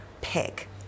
pick